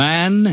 Man